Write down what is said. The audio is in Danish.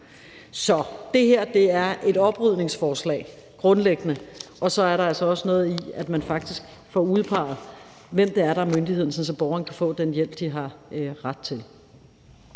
grundlæggende et oprydningsforslag, og så er der altså også noget i, at man faktisk får udpeget, hvem der er myndigheden, sådan at borgerne kan få den hjælp, de har ret til.